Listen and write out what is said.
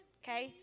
okay